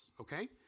okay